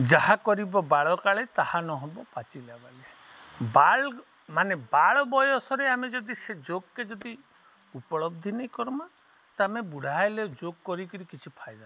ଯାହା କରିବ ବାଳକାଳେ ତାହା ନହବ ପାଚିଲା ବେଳେ ବାଳ ମାନେ ବାଳବୟସରେ ଆମେ ଯଦି ସେ ଯୋଗକେ ଯଦି ଉପଲବ୍ଧି ନେଇ କରିବା ତ ଆମେ ବୁଢ଼ା ହେଲେ ଯୋଗ କରିକିରି କିଛି ଫାଇଦା ନାହିଁ